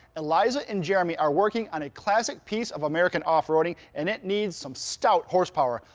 eliza and jeremy are working on a classic piece of american off roading and it needs some stout horsepower.